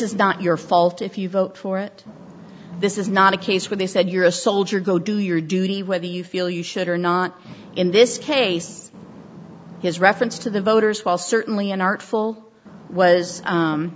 is not your fault if you vote for it this is not a case where they said you're a soldier go do your duty whether you feel you should or not in this case his reference to the voters while certainly an artful was